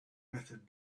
method